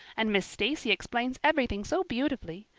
and miss stacy explains everything so beautifully.